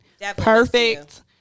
perfect